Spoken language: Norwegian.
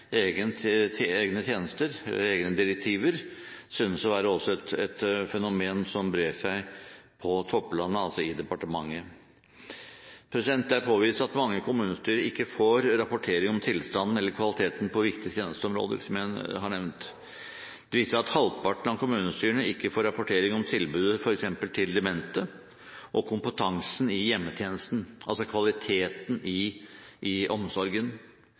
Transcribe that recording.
egne tjenester og egne direktiver synes også å være et fenomen som brer seg på topplanet, altså i departementet. Det er påvist at mange kommunestyrer ikke får rapportering om tilstanden eller kvaliteten på viktige tjenesteområder, som jeg har nevnt. Det viser seg at halvparten av kommunestyrene ikke får rapportering om tilbudet til f.eks. demente og om kompetansen i hjemmetjenesten, altså kvaliteten i omsorgen.